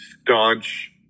staunch